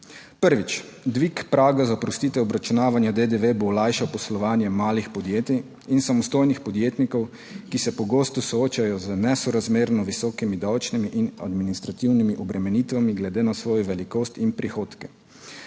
Prvič, dvig praga za oprostitev obračunavanja DDV bo olajšal poslovanje malih podjetij in samostojnih podjetnikov, ki se pogosto soočajo z nesorazmerno visokimi davčnimi in administrativnimi obremenitvami glede na svojo velikost in prihodke.